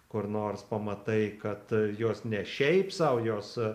kur nors pamatai kad jos ne šiaip sau jos